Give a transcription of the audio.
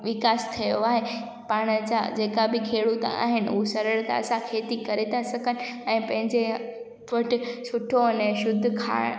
विकास थियो आहे पाणि जा जेका बि खेडूत आहिनि उहे सरलता सां खेती करे था सघनि ऐं पंहिंजे फरते सुठो अने शुद्ध खाइण